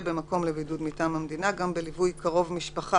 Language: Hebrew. במקום לבידוד מטעם המדינה גם בליווי קרוב משפחה